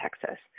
Texas